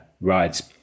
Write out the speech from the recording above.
rides